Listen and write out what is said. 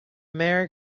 merry